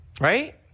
right